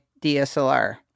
DSLR